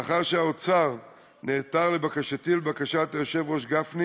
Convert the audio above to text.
לאחר שהאוצר נעתר לבקשתי ולבקשת היושב-ראש גפני